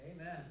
Amen